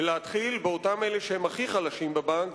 להתחיל באלה שהם הכי חלשים בבנק,